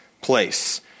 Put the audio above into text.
place